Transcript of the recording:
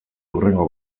hurrengo